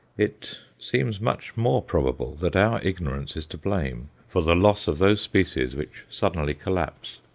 it seems much more probable that our ignorance is to blame for the loss of those species which suddenly collapse.